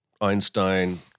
Einstein